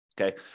Okay